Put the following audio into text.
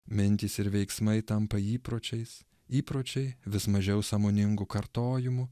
mintys ir veiksmai tampa įpročiais įpročiai vis mažiau sąmoningu kartojimu